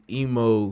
emo